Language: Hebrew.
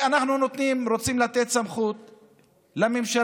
אנחנו רוצים לתת סמכות לממשלה,